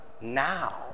now